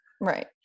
right